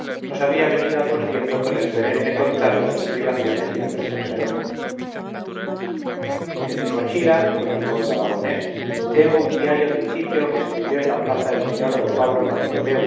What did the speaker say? nos había venido aturdiendo con el perenne contar de sus privaciones y hambres en gerona en mi mochila continuó el aragonés tengo un diario del sitio que escribió en la plaza el sr d pablo